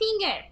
finger